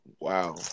wow